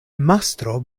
mastro